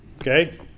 Okay